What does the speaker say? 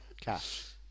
Cash